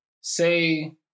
say